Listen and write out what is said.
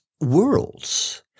worlds